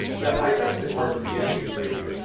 the i-best at work issue brief,